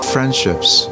Friendships